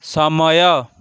ସମୟ